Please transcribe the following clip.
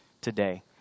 today